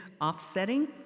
offsetting